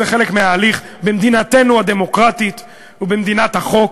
זה חלק מההליך במדינתנו הדמוקרטית ובמדינת החוק,